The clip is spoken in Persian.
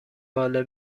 باله